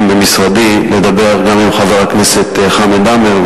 במשרדי לדבר גם עם חבר הכנסת חמד עמאר,